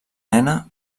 nena